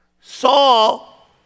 Saul